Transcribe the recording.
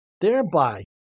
thereby